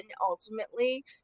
ultimately